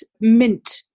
mint